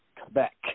Quebec